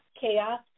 chaos